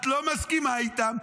את לא מסכימה איתם?